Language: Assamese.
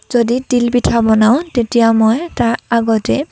যদি তিল পিঠা বনাওঁ তেতিয়া মই তাৰ আগতেই